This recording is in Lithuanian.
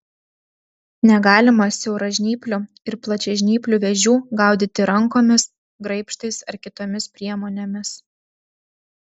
negalima siauražnyplių ir plačiažnyplių vėžių gaudyti rankomis graibštais ar kitomis priemonėmis